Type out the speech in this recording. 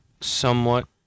somewhat